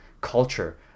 culture